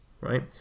right